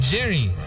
Jerry